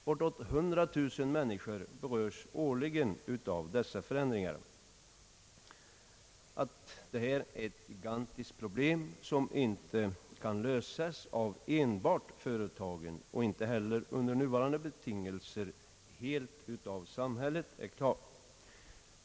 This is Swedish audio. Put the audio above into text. Bortåt 100 000 människor berörs årligen av dessa förändringar. Detta är ett gigantiskt problem som inte kan lösas enbart av företagen, och inte heller under nuvarande betingelser helt av samhället.